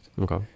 Okay